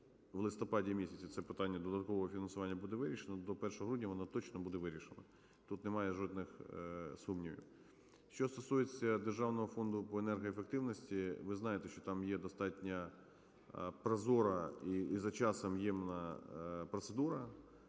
в листопаді місяці це питання додаткового фінансування буде вирішено, до 1 грудня воно точно буде вирішено, тут немає жодних сумнівів. Що стосується Державного фонду по енергоефективності, ви знаєте, що там є достатньо прозора і за часом ємна процедура